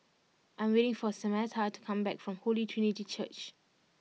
I am waiting for Samatha to come back from Holy Trinity Church